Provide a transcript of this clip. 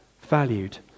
valued